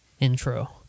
intro